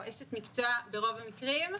או אשת מקצוע ברוב המקרים,